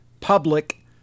public